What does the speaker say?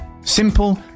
Simple